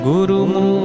Guru